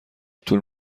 طول